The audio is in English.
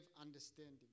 understanding